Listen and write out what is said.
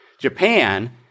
Japan